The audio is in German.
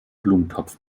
blumentopf